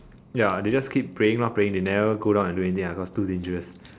ya they just keep praying lor praying they never go down and do anything ah cause too dangerous